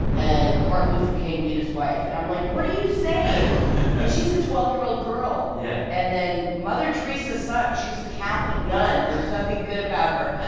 and martin luther king beat his wife. and i'm like, what are you saying? and she's a twelve year old girl yeah and then mother theresa sucked. she was a catholic nun. there's nothing good about her.